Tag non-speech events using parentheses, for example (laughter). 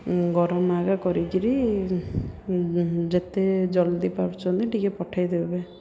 ଗରମ (unintelligible) କରିକିରି ଯେତେ ଜଲ୍ଦି ପାାରୁଛନ୍ତି ଟିକେ ପଠାଇଦେବେ